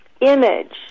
image